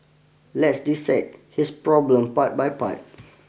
let's dissect this problem part by part